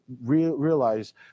realize